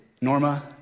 Norma